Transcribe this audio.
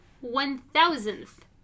one-thousandth